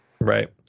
Right